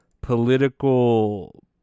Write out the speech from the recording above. political